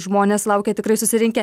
žmonės laukė tikrai susirinkę